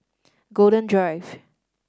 Golden Drive